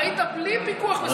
ראית בלי פיקוח מסודר.